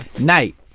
Night